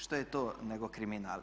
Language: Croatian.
Što je to nego kriminal?